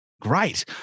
great